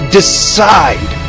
decide